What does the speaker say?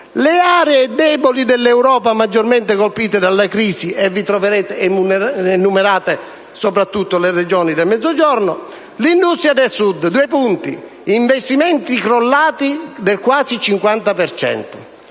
«Le aree deboli dell'Europa maggiormente colpite dalla crisi» (e vi troverete enumerate soprattutto le Regioni del Mezzogiorno). Punto 8: «Industria del Sud: investimenti crollati di quasi il 50%.